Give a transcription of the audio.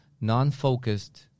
non-focused